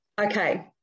okay